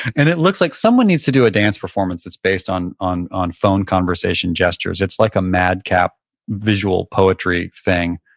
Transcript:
and it looks like, someone needs to do a dance performance that's based on on phone conversation gestures. it's like a madcap visual poetry thing.